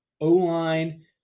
O-line